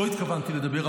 לא התכוונתי לדבר,